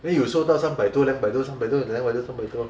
then 有时候到三百多两百多三百多 then 两三百多